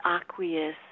aqueous